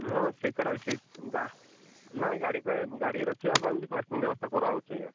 ହଁ ସେକଡ଼ା ସେ ଗାଁ ନାଇ ଗାଡ଼ି ଫାଡ଼ି ଗାଡ଼ି ରଖିବା ପାଇଁ ପାର୍କିଂ ବ୍ୟବସ୍ଥା କରା ହେଉଛି ଆଜ୍ଞା